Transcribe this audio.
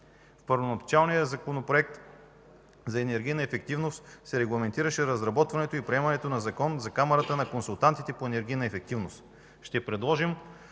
В първоначалния Законопроект за енергийна ефективност се регламентираше разработването и приемането на Закон за Камарата на консултантите по енергийна ефективност. В новата